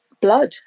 blood